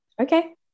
okay